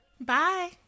Bye